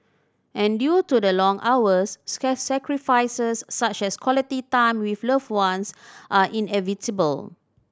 and due to the long hours sacrifices such as quality time with loved ones are inevitable